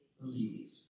believe